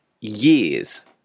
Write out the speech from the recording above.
years